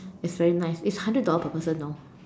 it is very nice it is hundred dollar per person you know